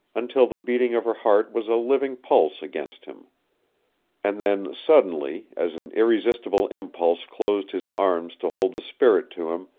until the beating of her heart was a living pulse against him and then suddenly, as an irresistible impulse closed his arms to hold the spirit to him,